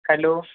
hello